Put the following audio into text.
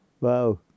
Wow